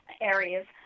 areas